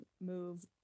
move